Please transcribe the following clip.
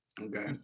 Okay